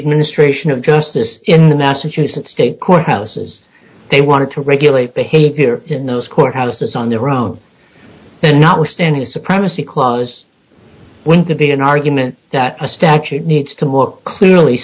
administration of justice in the massachusetts state courthouses they wanted to regulate behavior in those courthouses on their own notwithstanding supremacy clause to be an argument that a statute needs to more clearly